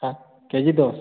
କେ G ଦଶ୍